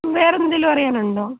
വേറെന്തേലും അറിയാനുണ്ടോ